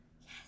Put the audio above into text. Yes